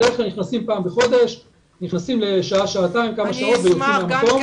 בדרך כלל נכנסים פעם בחוד לשעה שעתיים ויוצאים מהמקום.